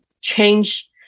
change